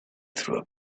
through